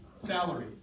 salary